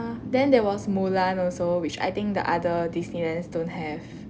then there was mulan also which I think the other disneylands don't have